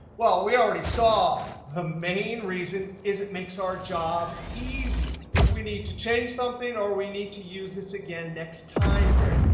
well, we already saw the main reason is it makes our job easy, if we need to change something or we need to use this again next time period.